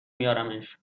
میارمش